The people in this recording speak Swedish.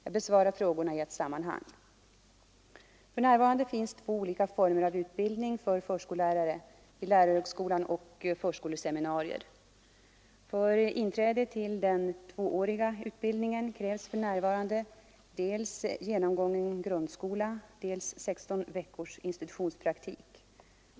Jag besvarar frågorna i ett sammanhang. För närvarande finns två olika former av utbildning till förskollärare vid lärarhögskolan och förskoleseminarier. För inträde till den tvååriga utbildningen krävs för närvarande dels genomgången grundskola, dels 16 veckors institutionspraktik.